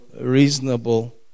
reasonable